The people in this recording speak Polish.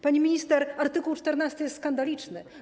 Pani minister, art. 14 jest skandaliczny.